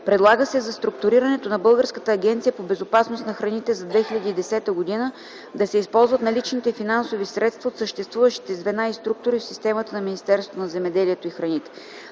Предлага се за структурирането на Българската агенция по безопасност на храните за 2010 г. да се използват наличните финансови средства от съществуващите звена и структури в системата на Министерството на земеделието и храните.